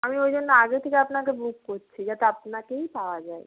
আমি ওই জন্য আগে থেকে আপনাকে বুক করছি যাতে আপনাকেই পাওয়া যায়